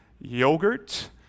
yogurt